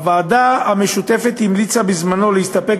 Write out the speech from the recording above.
הוועדה המשותפת המליצה בזמנו להסתפק